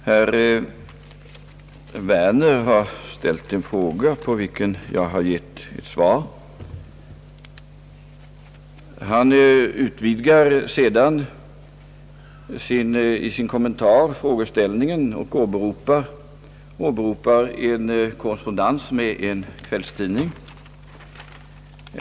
Herr talman! Herr Werner har ställt en fråga på vilken jag har gett ett svar. Han utvidgar sedan i sina kommentarer frågeställningen och åberopar en korrespondens till en kvällstidning.